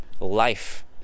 life